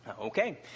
Okay